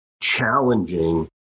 challenging